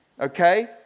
Okay